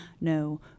no